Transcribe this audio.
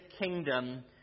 kingdom